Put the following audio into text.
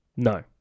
No